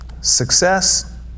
success